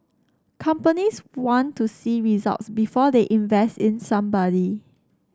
companies want to see results before they invest in somebody